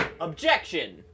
Objection